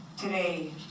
Today